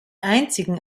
einzigen